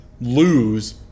lose